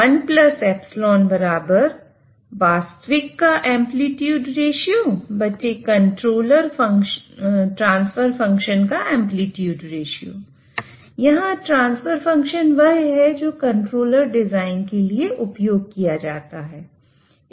इसलिए 1ε वास्तविक का एंप्लीट्यूड रेश्यो बटे कंट्रोलर ट्रांसफर फंक्शन का एंप्लीट्यूड रेश्यो यहां ट्रांसफर फंक्शन वह है जो कंट्रोलर डिजाइन के लिए उपयोग किया जाता है